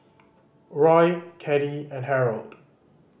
Roy Caddie and Harold